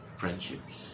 friendships